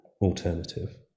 alternative